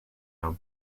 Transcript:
our